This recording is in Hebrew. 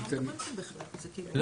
לא.